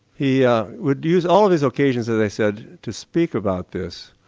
he yeah would use all of these occasions, as i said, to speak about this,